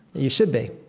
you should be,